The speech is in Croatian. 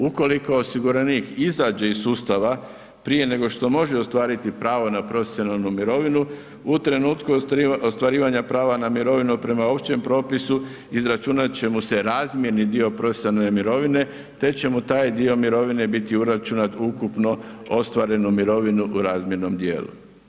Ukoliko osiguranik izađe iz sustava prije nego što može ostvariti pravo na profesionalnu mirovinu u trenutku ostvarivanja prava na mirovinu prema općem propisu izračunat će mu se razmjerni dio profesionalne mirovine te će mu taj dio mirovine biti uračunat u ukupno ostvarenu mirovinu u razmjernom dijelu.